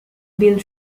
built